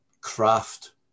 craft